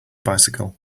bicycle